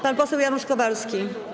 Pan poseł Janusz Kowalski.